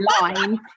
line